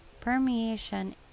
permeation